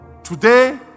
Today